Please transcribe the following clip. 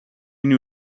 knew